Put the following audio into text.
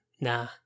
nah